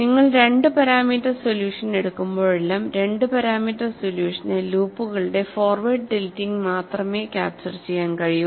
നിങ്ങൾ രണ്ട് parameter solution എടുക്കുമ്പോഴെല്ലാം രണ്ട് പാരാമീറ്റർ സൊല്യൂഷന് ലൂപ്പുകളുടെ ഫോർവേഡ് ടിൽറ്റിംഗ് മാത്രമേ ക്യാപ്ചർ ചെയ്യാൻ കഴിയൂ